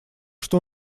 что